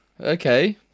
okay